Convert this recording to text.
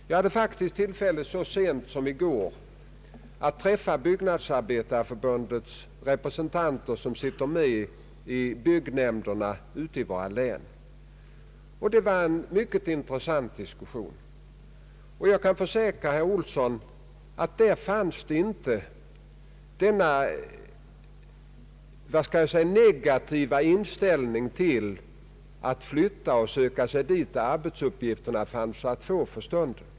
Jag hade faktiskt tillfälle så sent som i går att träffa byggnadsarbetarförbundets representanter i byggnadsnämnderna ute i våra län. Vi hade en mycket intressant diskussion. Jag kan försäkra herr Olsson att där inte fanns denna skall vi säga negativa inställning till att flytta och söka sig dit där arbetsuppgifterna finns för stunden.